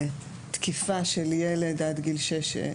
על תקיפה של ילד עד גיל שש,